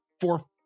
four